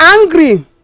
angry